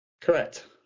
Correct